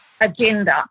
agenda